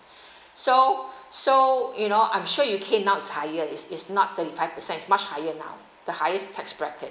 so so you know I'm sure U_K now is higher it's it's not thirty five percent it's much higher now the highest tax bracket